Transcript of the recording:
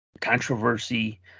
controversy